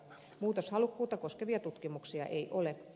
muutoshalukkuutta koskevia tutkimuksia ei ole